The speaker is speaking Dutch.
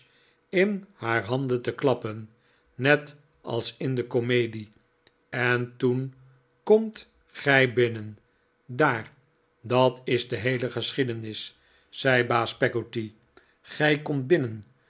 in haar handen te klappen net als in de komedie en toen komt gij binnen daar dat is de heele geschiedenis zei baas peggotty gij komt binnen